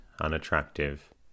unattractive